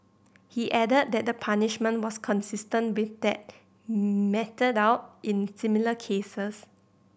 he added that the punishment was consistent with that meted out in similar cases